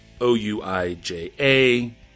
O-U-I-J-A